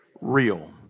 Real